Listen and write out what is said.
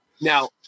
Now